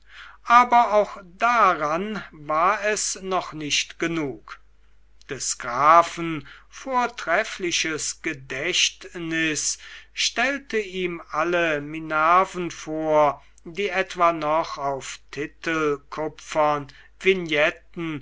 aber auch daran war es noch nicht genug des grafen vortreffliches gedächtnis stellte ihm alle minerven vor die etwa noch auf titelkupfern vignetten